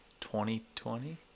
2020